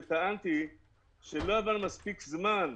טענתי שלא עבר מספיק זמן,